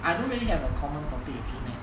I don't really have a common topic with him meh